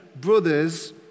brothers